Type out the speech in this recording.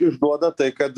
išduoda tai kad